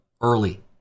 early